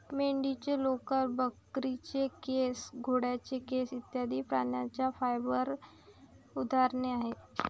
मेंढीचे लोकर, बकरीचे केस, घोड्याचे केस इत्यादि प्राण्यांच्या फाइबर उदाहरणे आहेत